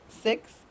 six